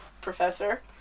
professor